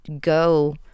go